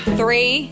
three